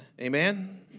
amen